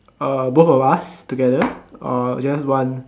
uh both of us together or just one